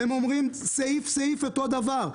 בו נאמר סעיף סעיף אותו דבר,